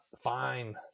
fine